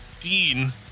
dean